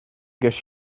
guess